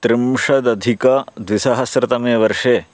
त्रिंशदधिकद्विसहस्रतमे वर्षे